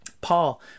Paul